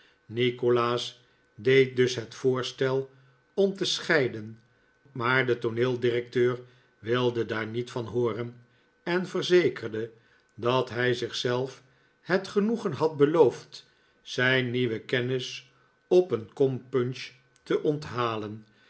nikolaas deed dus het voorstel om te scheiden maar de tooneeldirecteur wilde daar niet van hooren en verzekerde dat hij zich zelf het genoegen had beloofd zijn nieuwen kennis op een kom punch te onthalen